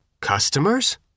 Customers